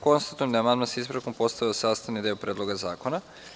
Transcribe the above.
Konstatujem da je amandman sa ispravkom postao sastavni deo Predloga zakona.